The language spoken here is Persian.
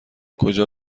کجا